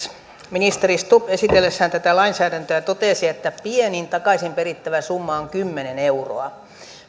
ministeri stubb esitellessään tätä lainsäädäntöä totesi että pienin takaisin perittävä summa on kymmenen euroa